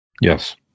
Yes